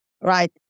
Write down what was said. right